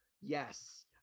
Yes